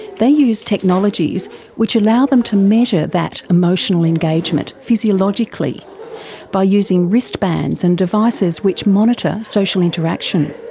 they use technologies which allow them to measure that emotional engagement physiologically by using wristbands and devices which monitor social interaction.